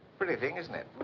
pretty thing, isn't it?